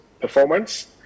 performance